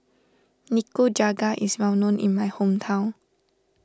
Nikujaga is well known in my hometown